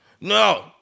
No